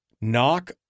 knock